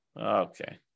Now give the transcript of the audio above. Okay